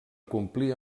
complir